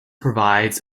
provides